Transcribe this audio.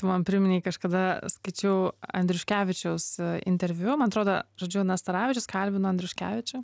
tu man priminei kažkada skaičiau andriuškevičiaus interviu man atrodo žodžiu nastaravičius kalbina andruškevičių